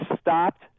stopped